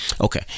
okay